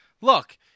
Look